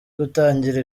gutangira